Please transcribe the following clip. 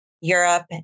Europe